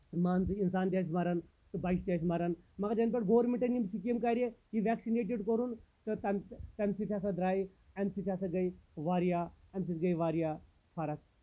مان ژٕ اِنسان تہِ آسہِ مَران سُہ بَچہِ تہِ آسہِ مَران مَگر ییٚنہٕ پٮ۪ٹھ گورمیٚنٛٹ یِم سکیٖم کَرِ یہِ ویٚکسِنیٹڈ کورُن تہٕ تَمہِ سۭتۍ ہسا دریہِ اَمہِ سۭتۍ ہسا گٔے واریاہ اَمہِ سۭتۍ گٔے واریاہ فرق